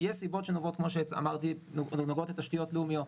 יש סיבות, כמו שאמרתי, שנוגעות לתשתיות לאומיות.